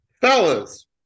fellas